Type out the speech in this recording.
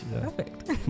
Perfect